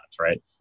right